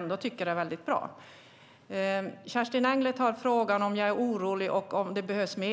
Det tycker jag är bra. Kerstin Engle tar upp frågan om huruvida jag är orolig och om det behövs mer.